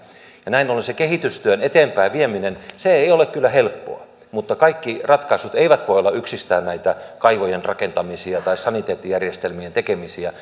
ja näin ollen se kehitystyön eteenpäinvieminen ei ole kyllä helppoa mutta kaikki ratkaisut eivät voi olla yksistään näitä kaivojen rakentamisia tai saniteettijärjestelmien tekemisiä